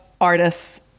artists